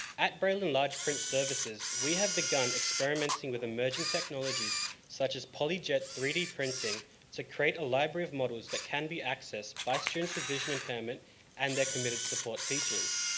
at braille and large print services we have begun experimenting with emerging technologies such as poly jet three d printing to create a library of models that can be accessed by students with vision impairment and their committed teachers.